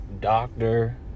doctor